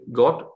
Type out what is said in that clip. got